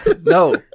No